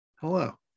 Hello